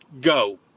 go